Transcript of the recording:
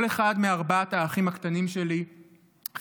כל אחד מארבעת האחים הקטנים שלי חיבק